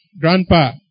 grandpa